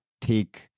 take